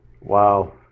wow